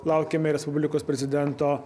laukiame respublikos prezidento